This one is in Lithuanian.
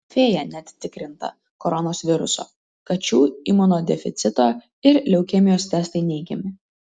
fėja net tikrinta koronos viruso kačių imunodeficito ir leukemijos testai neigiami